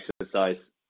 exercise